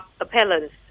appellants